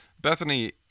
Bethany